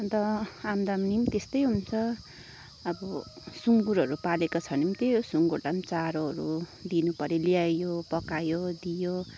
अन्त आम्दानी पनि त्यस्तै हुन्छ अब सुँगुरहरू पालेको छ भने नि त्यही हो सुँगुरलाई नि चारोहरू दिनुपऱ्यो ल्यायो पकायो दियो